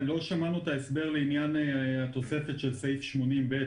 לא שמענו את ההסבר לעניין התוספת של סעיף 80(ב).